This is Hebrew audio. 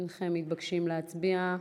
הנכם מתבקשים להצביע.